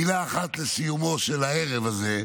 מילה אחת לסיומו של הערב הזה.